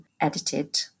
edited